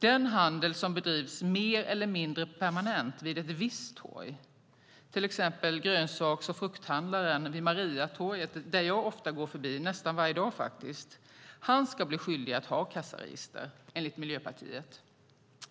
De handlare som bedriver mer eller mindre permanent verksamhet vid ett visst torg, till exempel grönsaks och frukthandlaren vid Mariatorget som jag går förbi nästan varje dag, ska bli skyldiga att ha kassaregister, enligt Miljöpartiet.